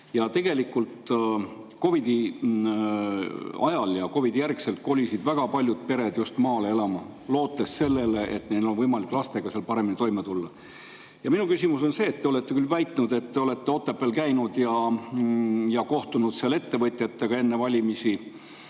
kooli. COVID-i ajal ja selle järgselt kolisid väga paljud pered maale elama, lootes, et neil on võimalik lastega seal paremini toime tulla. Ja minu küsimus on see. Te olete väitnud, et te olete Otepääl käinud ja kohtunud seal ettevõtjatega enne valimisi,